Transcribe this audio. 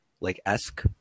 like-esque